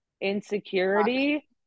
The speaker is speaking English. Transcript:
insecurity